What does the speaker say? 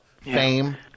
Fame